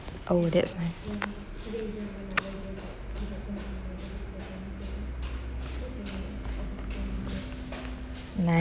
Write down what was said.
oh that's nice nice